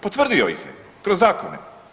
Potvrdio ih je kroz zakone.